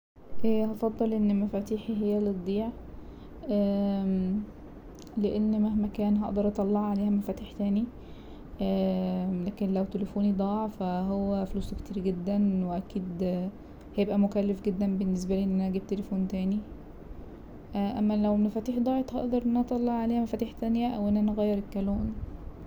هفضل ان مفاتيحي هي اللي تضيع لأن مهما كان هقدر اطلع عليها مفاتيح تاني لكن لو تليفوني ضاع فا هو فلوسه كتير جدا واكيد هيبقى مكلف جدا بالنسبالي ان انا اجيب تليفون تاني اما لو المفاتيح ضاعت هقدر ان انا اطلع عليها مفاتيح تانية أو ان انا اغير الكلون.